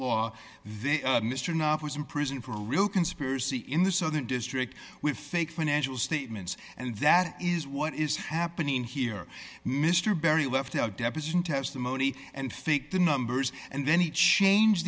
law they mr enough was in prison for a real conspiracy in the southern district with fake financial statements and that is what is happening here mr berry left out deposition testimony and faked the numbers and then he changed